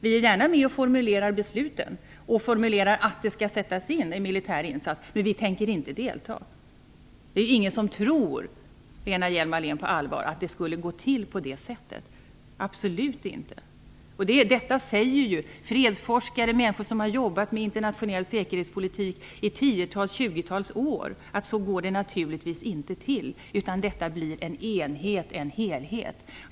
Vi är gärna med och formulerar besluten och formulerar att det skall göras en militär insats. Men vi tänker inte delta. Absolut ingen tror på allvar att det skulle gå till på det sättet. Fredsforskare och människor som har jobbat med internationell säkerhetspolitik i tiotals eller tjugotals år säger att det naturligtvis inte går till så, utan detta blir en enhet, en helhet.